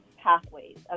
pathways